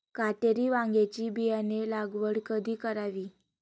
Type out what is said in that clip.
काटेरी वांग्याची बियाणे लागवड कधी करावी?